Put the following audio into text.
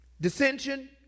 Dissension